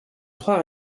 trois